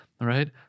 right